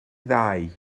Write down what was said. ddau